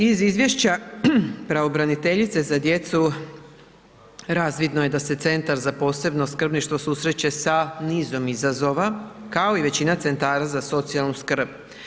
Iz izvješća pravobraniteljice za djecu razvidno je da se Centar za posebno skrbništvo susreće sa nizom izazova kao i većina centara za socijalnu skrb.